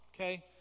okay